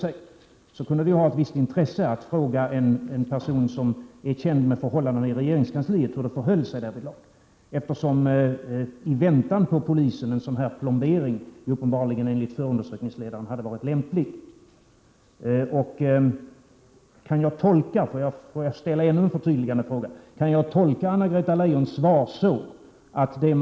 Näringslivet har inte tillförts nytt, riskvilligt kapital, vilket annars var ett av argumenten vid beslutet om införandet av löntagarfonder. Ironiskt nog har det stället blivit så, att det är aktieägarna i de stora börsföretagen som vunnit genom den kursdrivning som löntagarfonderna haft. Ägarkoncentrationen har ökat. Framför allt i Norrlandslänen har näringslivet drabbats genom den dränering av riskkapital som skett. 1.